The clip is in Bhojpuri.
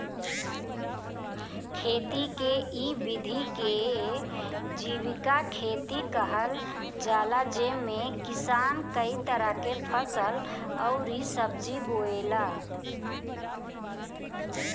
खेती के इ विधि के जीविका खेती कहल जाला जेमे किसान कई तरह के फसल अउरी सब्जी बोएला